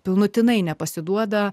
pilnutinai nepasiduoda